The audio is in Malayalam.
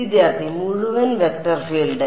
വിദ്യാർത്ഥി മുഴുവൻ വെക്റ്റർ ഫീൽഡ്